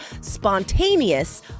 spontaneous